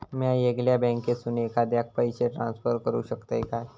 म्या येगल्या बँकेसून एखाद्याक पयशे ट्रान्सफर करू शकतय काय?